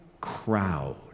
crowd